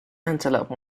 antelope